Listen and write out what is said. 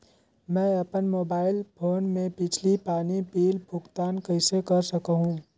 मैं अपन mobile phone ले बिजली पानी बिल भुगतान कइसे कर सकहुं?